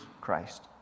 Christ